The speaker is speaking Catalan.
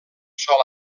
sol